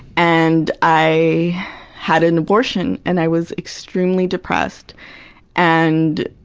and i had an abortion. and i was extremely depressed and,